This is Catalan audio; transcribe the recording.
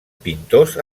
pintors